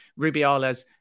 Rubiales